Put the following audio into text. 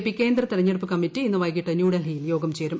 P കേന്ദ്ര തെരഞ്ഞെടുപ്പ് committee ഇന്ന് വൈകിട്ട് ന്യൂഡൽഹിയിൽ യോഗം ചേരും